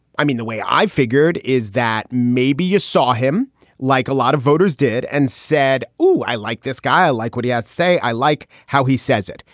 i mean, the way i figured is that maybe you saw him like a lot of voters did and said, oh, i like this guy. i like what he has to say. i like how he says it,